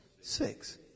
six